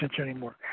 anymore